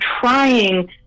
trying